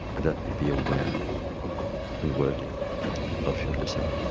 and let me be aware and worthy of your listening.